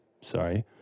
Sorry